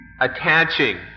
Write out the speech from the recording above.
attaching